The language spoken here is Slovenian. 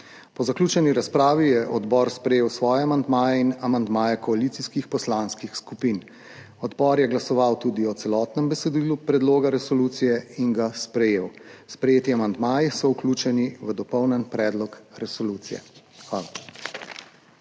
Po zaključeni razpravi je odbor sprejel svoje amandmaje in amandmaje koalicijskih poslanskih skupin. Odbor je glasoval tudi o celotnem besedilu predloga resolucije in ga sprejel. Sprejeti amandmaji so vključeni v dopolnjeni predlog resolucije. Hvala.